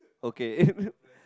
okay